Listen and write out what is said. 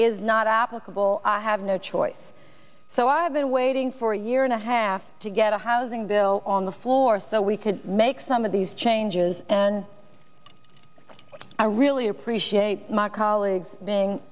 is not applicable i have no choice so i've been waiting for a year and a half to get a housing bill on the floor so we could make some of these changes and i really appreciate my colleagues being